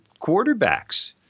quarterbacks